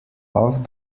off